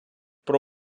про